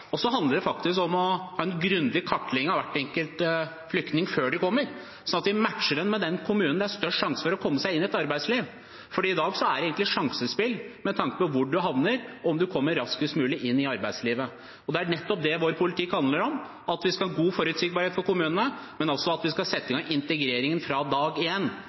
månedene. Så handler det om å ha en grundig kartlegging av hver enkelt flyktning før de kommer, sånn at vi matcher dem med den kommunen der det er størst sjanse for å komme seg inn i arbeidslivet. I dag er det egentlig et sjansespill, med tanke på hvor man havner, om man kommer raskest mulig inn i arbeidslivet. Det er nettopp det vår politikk handler om, at vi skal ha god forutsigbarhet for kommunene, men også at vi skal sette i gang integreringen fra dag